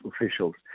officials